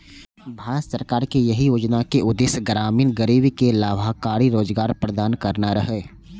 भारत सरकार के एहि योजनाक उद्देश्य ग्रामीण गरीब कें लाभकारी रोजगार प्रदान करना रहै